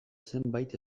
zenbait